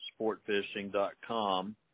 sportfishing.com